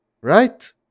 Right